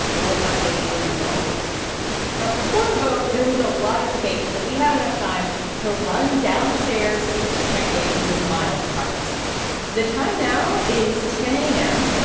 but we'll update you with all the news but before the vote, there was a lot of debate. so we had enough time to run downstairs to check in with miles parks the time now is ten a m.